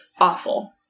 awful